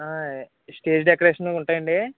ఆయ్ స్టేజ్ డెకరేషన్కి ఉంటాయండి